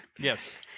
Yes